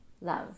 love